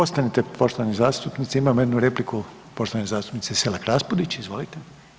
Ostanite, poštovani zastupniče, imamo jednu repliku poštovane zastupnice Selak Raspudić, izvolite.